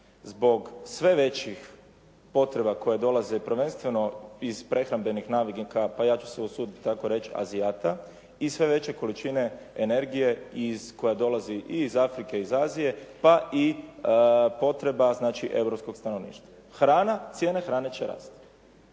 Zbog sve većih potreba koje dolaze prvenstveno iz prehrambenih navika, pa ja ću se usuditi tako reći azijata i sve veće količine energije koja dolazi i iz Afrike i Azije, pa i potreba znači europskog stanovništva. Hrana, cijena hrane će rasti.